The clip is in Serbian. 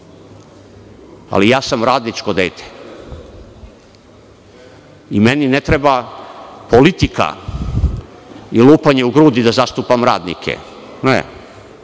ali ja sam radničko dete i meni ne treba politika i lupanje u grudi da zastupam radnike.